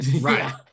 Right